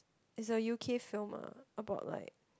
is a u_k film ah about like